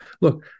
look